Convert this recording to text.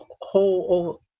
whole